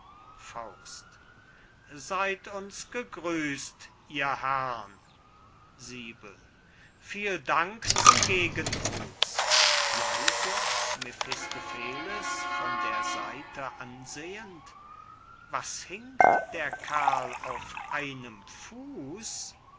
hätte seyd uns gegrüßt ihr herrn viel dank zum gegengruß leise mephistopheles von der seite ansehend was hinkt der kerl auf einem fuß